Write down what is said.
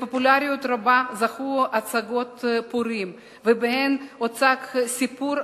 לפופולריות רבה זכו הצגות פורים שהוצג בהן הסיפור